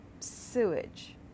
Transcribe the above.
sewage